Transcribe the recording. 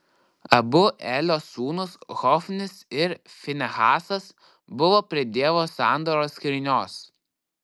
abu elio sūnūs hofnis ir finehasas buvo prie dievo sandoros skrynios